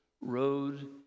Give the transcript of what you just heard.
road